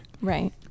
Right